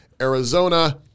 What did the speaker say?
Arizona